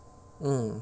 mm